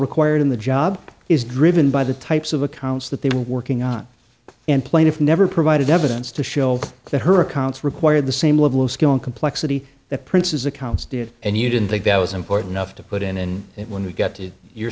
required in the job is driven by the types of accounts that they were working on and plaintiff never provided evidence to show that her accounts require the same level of skill and complexity that princes accounts did and you didn't think that was important enough to put in it when we got to your